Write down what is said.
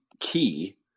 key